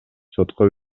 сотко